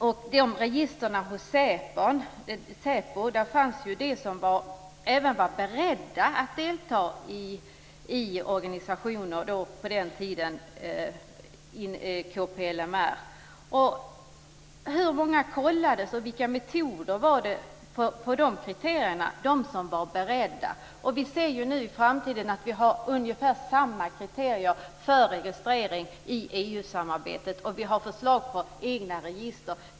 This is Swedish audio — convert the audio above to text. När det gäller SÄPO:s register fanns det de inom SÄPO som var beredda att delta i t.ex. demonstrationer arrangerade av KPLM. Hur många kollades då och vilka var metoderna? Det är ungefär samma kriterier som gäller för registrering inom EU-samarbetet och det finns förslag om register.